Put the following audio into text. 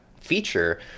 feature